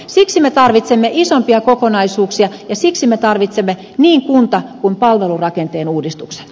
siksi me tarvitsemme isompia kokonaisuuksia ja siksi me tarvitsemme niin kunta kuin palvelurakenteen uudistuksen